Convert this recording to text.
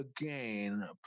again